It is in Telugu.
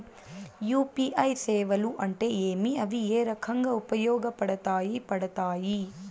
యు.పి.ఐ సేవలు అంటే ఏమి, అవి ఏ రకంగా ఉపయోగపడతాయి పడతాయి?